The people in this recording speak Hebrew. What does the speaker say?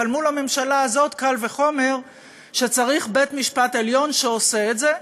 אבל מול הממשלה הזאת קל וחומר שצריך בית-משפט עליון שעושה את זה.